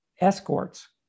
escorts